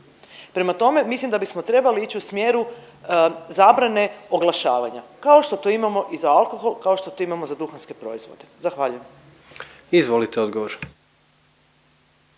prema tome mislim da bismo trebali ići u smjeru zabrane oglašavanja kao što to imamo i za alkohol, kao što to imamo za duhanske proizvode. Zahvaljujem. **Jandroković,